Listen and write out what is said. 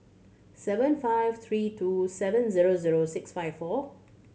seven five three two seven zero zero six five four